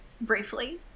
briefly